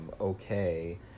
okay